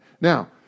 Now